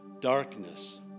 darkness